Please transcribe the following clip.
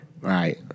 Right